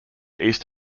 east